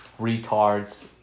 retards